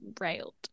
railed